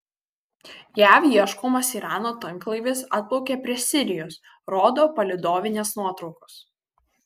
jav ieškomas irano tanklaivis atplaukė prie sirijos rodo palydovinės nuotraukos